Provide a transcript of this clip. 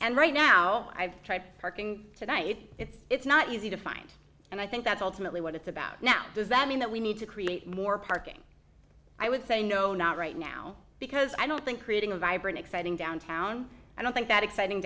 and right now i've tried parking tonight it's not easy to find and i think that's ultimately what it's about now does that mean that we need to create more parking i would say no not right now because i don't think creating a vibrant exciting downtown i don't think that exciting